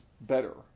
better